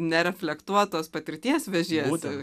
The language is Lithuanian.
nereflektuotos patirties vežiesi